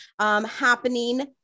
happening